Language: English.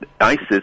ISIS